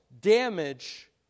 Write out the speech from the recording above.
damage